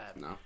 No